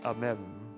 Amen